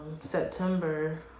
September